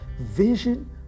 Vision